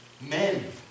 Men